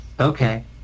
Okay